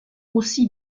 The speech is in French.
aussi